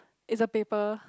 it's a paper